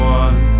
one